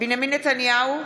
בנימין נתניהו,